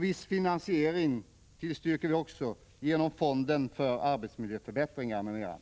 Viss finansiering tillstyrker vi också genom fonden för arbetsmiljöförbättringar m.m.